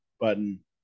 button